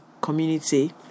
community